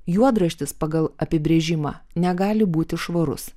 juodraštis pagal apibrėžimą negali būti švarus